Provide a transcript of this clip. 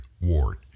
ward